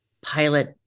pilot